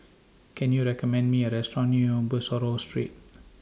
Can YOU recommend Me A Restaurant near Bussorah Street